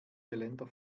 geländer